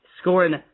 scoring